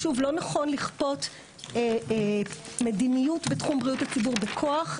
ושוב לא נכון לכפות מדיניות בתחום בריאות הציבור בכוח,